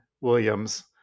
Williams